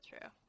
true